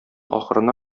ахырына